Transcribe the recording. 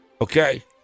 okay